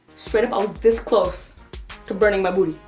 straight up i was this close to burning my booty.